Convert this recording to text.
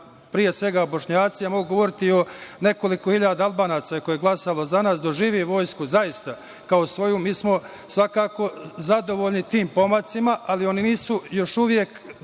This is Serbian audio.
pre svega Bošnjaci, ja mogu govoriti o nekoliko hiljada Albanaca koji su glasali za nas, da doživi vojsku zaista kao svoju. Mi smo svakako zadovoljni tim pomacima, ali oni nisu još uvek